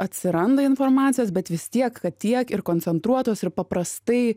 atsiranda informacijos bet vis tiek kad tiek ir koncentruotos ir paprastai